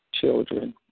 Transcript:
children